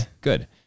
good